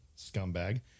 scumbag